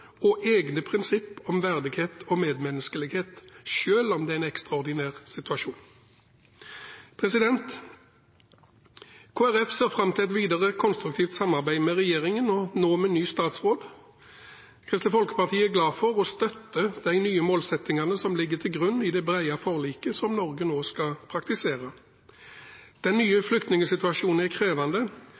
og egne prinsipp om verdighet og medmenneskelighet, selv om det er en ekstraordinær situasjon. Kristelig Folkeparti ser fram til et videre konstruktivt samarbeid med regjeringen, nå med ny statsråd. Kristelig Folkeparti er glad for, og støtter, de nye målsettingene som ligger til grunn i det brede forliket som Norge nå skal praktisere. Den nye flyktningsituasjonen er krevende,